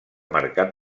mercat